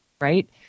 Right